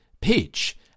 pitch